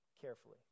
carefully